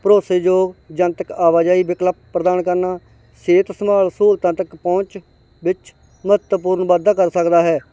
ਭਰੋਸੇਯੋਗ ਜਨਤਕ ਆਵਾਜਾਈ ਵਿਕਲਪ ਪ੍ਰਦਾਨ ਕਰਨਾ ਸਿਹਤ ਸੰਭਾਲ ਸਹੂਲਤਾਂ ਤੱਕ ਪਹੁੰਚ ਵਿੱਚ ਮਹੱਤਵਪੂਰਨ ਵਾਧਾ ਕਰ ਸਕਦਾ ਹੈ